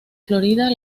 florida